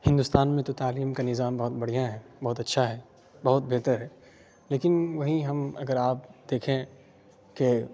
ہندوستان میں تو تعلیم کا نظام بہت بڑھیا ہے بہت اچھا ہے بہت بہتر ہے لیکن وہیں ہم اگر آپ دیکھیں کہ